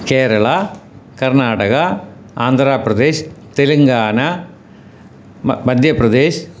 Kerala Karnataka Andhra Pradesh Telangana Madhya Pradesh